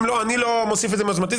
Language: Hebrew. אני לא מוסיף את זה מיוזמתי.